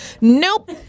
nope